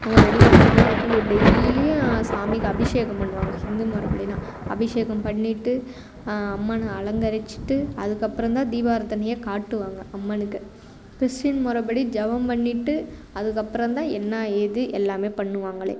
அவங்க ரெடி பண்ணுறது தான் பூ டெய்லியும் சாமிக்கு அபிஷேகம் பண்ணுவாங்க ஹிந்து முறப்படினா அபிஷேகம் பண்ணிகிட்டு அம்மனை அலங்கரிச்சிகிட்டு அதுக்கப்புறம் தான் தீபா ஆராத்தனையே காட்டுவாங்க அம்மனுக்கு கிறிஸ்டியன் முறப்படி ஜெபம் பண்ணிகிட்டு அதுக்கப்புறம் தான் என்ன ஏது எல்லாமே பண்ணுவாங்களே